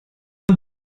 ond